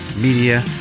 Media